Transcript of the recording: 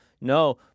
No